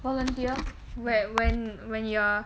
volunteer whe~ whe~ when you're